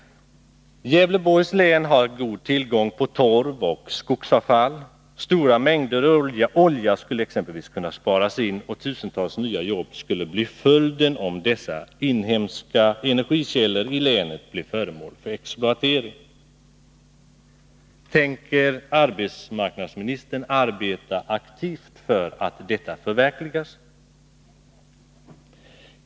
Gävleborgs län har god tillgång på torv och skogsavfall. Stora mängder olja skulle exempelvis kunna sparas in och tusentals nya jobb skulle bli följden, om länets inhemska energikällor blev föremål för exploatering. Tänker arbetsmarknadsministern arbeta aktivt för att detta förverkligas?